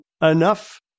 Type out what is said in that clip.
enough